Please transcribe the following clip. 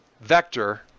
Vector